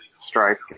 strike